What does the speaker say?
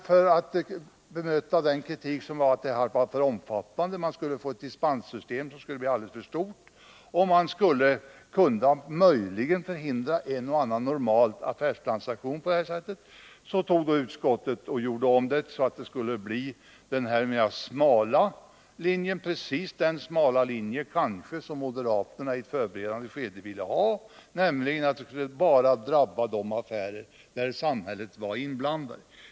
För att bemöta kritiken att ändringen var för omfattande och att man skulle få ett dispenssystem som skulle vara alldeles för stort och att man möjligen kunde förhindra en och annan normal affärstransaktion, gjorde utskottet om förslaget för att det skulle få en smalare effekt, kanske precis den smala effekt som moderaterna i ett förberedande skede ville ha, nämligen att ändringen bara skulle drabba de affärer där samhället var inblandat.